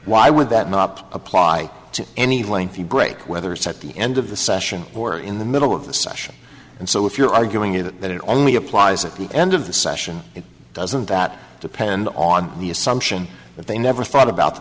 why would that not apply to any lengthy break whether it's at the end of the session or in the middle of the session and so if you're arguing it that it only applies at the end of the session it doesn't that depend on the assumption that they never thought about the